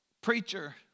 preacher